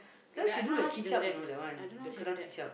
the I don't know how she do that I don't know how she do that